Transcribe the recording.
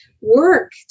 Work